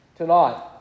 Tonight